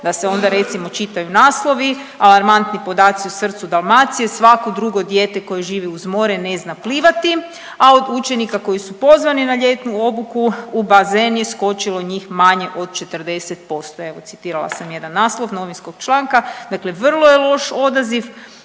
da se onda recimo čitaju naslovi, „Alarmantni podaci u srcu Dalmacije svako drugo dijete koje živi uz more ne zna plivati, a od učenika koji su pozvani na ljetnu obuku u bazen je skočilo njih manje od 40%“ evo citirala sam jedan naslov novinskog članka. Dakle, vrlo je loš odaziv